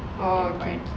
oh okay okay